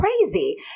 crazy